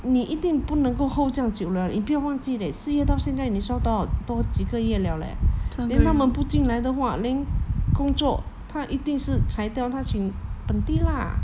你一定不能够 hold 这样久了你不要忘记 leh 失业到现在你算多都几个月了 leh then 他们不进来的话 then 工作他一定是裁掉他请本地 lah